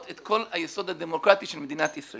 את כל היסוד הדמוקרטי של מדינת ישראל.